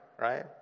Right